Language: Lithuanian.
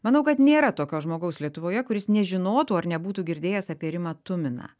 manau kad nėra tokio žmogaus lietuvoje kuris nežinotų ar nebūtų girdėjęs apie rimą tuminą